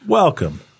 Welcome